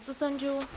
sanju!